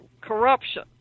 Corruption